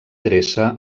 dreça